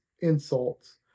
insults